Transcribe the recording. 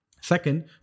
Second